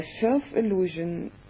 self-illusion